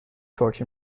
torch